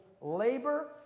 labor